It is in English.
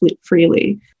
freely